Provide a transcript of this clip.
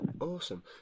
Awesome